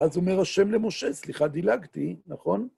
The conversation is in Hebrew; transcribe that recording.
אז אומר ה' למשה, סליחה דילגתי, נכון?